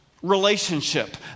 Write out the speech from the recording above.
relationship